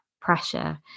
pressure